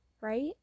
right